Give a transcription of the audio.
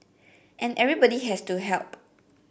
and everybody has to help